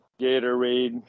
Gatorade